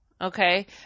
okay